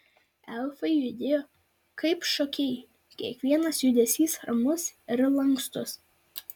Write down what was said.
elfai judėjo kaip šokėjai kiekvienas judesys ramus ir lankstus